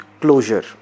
closure